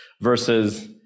versus